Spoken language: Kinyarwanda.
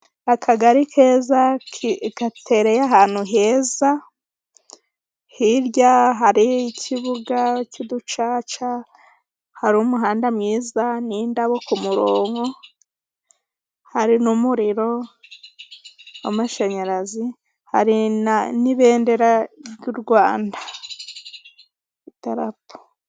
Akagari keza katereye ahantu heza, hirya hari ikibuga cy'uducaca, hari umuhanda mwiza n'indabo ku murongo hari n'umuriro w'amashanyarazi hari n'ibendera ry'u Rwanda, idarapo.